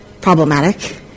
problematic